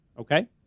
okay